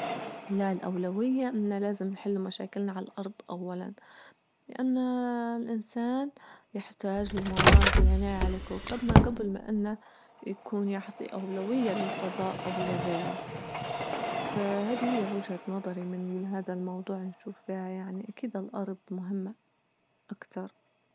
لا الأولوية أنه لازم نحل مشاكلنا على الأرض أولا، لأن الإنسان يحتاج لمواد العناية على كوكبنا جبل ما أنه يكون يعطي أولوية للفضاء أو لغيره، فهذي هي وجهة نظرى من هاذا الموضوع نشوف فيها يعني أكيد الأرض مهمة أكتر.